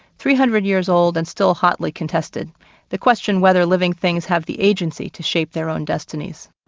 three hundred years old and still hotly contested the question whether living things have the agency to shape their own destinies.